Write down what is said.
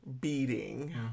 beating